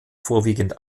vorwiegend